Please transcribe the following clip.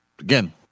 again